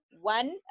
One